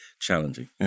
challenging